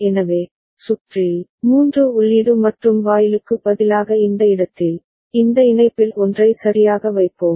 எனவே சுற்றில் 3 உள்ளீடு மற்றும் வாயிலுக்கு பதிலாக இந்த இடத்தில் இந்த இணைப்பில் ஒன்றை சரியாக வைப்போம்